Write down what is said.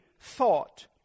thought